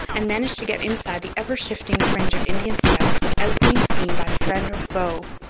and managed to get inside the ever-shifting fringe of indian scouts without being seen by friend or foe.